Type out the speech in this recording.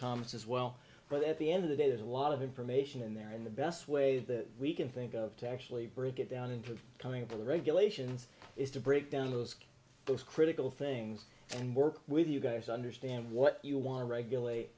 comments as well but at the end of the day there's a lot of information in there in the best way that we can think of to actually break it down into the coming of the regulations is to break down those those critical things and work with you guys to understand what you want to regulate